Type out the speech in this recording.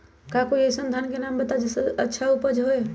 का कोई अइसन धान के नाम बताएब जेकर उपज अच्छा से होय?